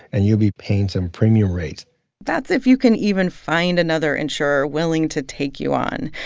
and you'll be paying some premium rate that's if you can even find another insurer willing to take you on.